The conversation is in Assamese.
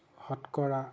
শতকৰা